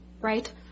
right